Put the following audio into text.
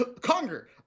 Conger